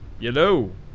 Hello